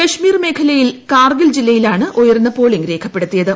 കശ്മീർ മേഖലയിൽ കാർഗിൽ ജില്ലയിലാണ് ഉയർന്ന പോളിംഗ് രേഖപ്പെടുത്തിയത്